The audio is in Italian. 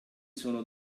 sono